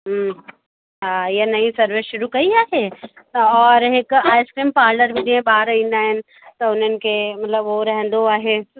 हम्म हा इहा नयी सर्विस शुरू कयी आहे और हिकु आइस्क्रीम पार्लर जीअं ॿार ईंदा आहिनि त हुननि खे मतिलबु हू रहंदो आहे